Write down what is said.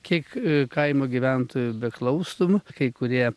kiek kaimo gyventojų beklaustum kai kurie